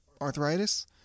arthritis